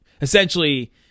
essentially